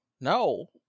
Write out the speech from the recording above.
No